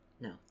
No